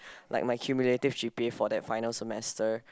like my cumulative g_p_a for that final semester